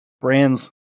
brands